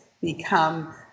become